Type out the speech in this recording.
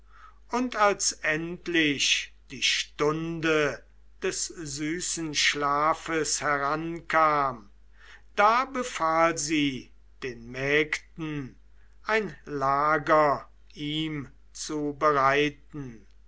und als endlich die stunde des süßen schlafes herankam da befahl sie den mägden ein lager ihm zu bereiten